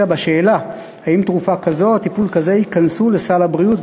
בשאלה אם תרופה כזאת או טיפול כזה ייכנסו לסל הבריאות,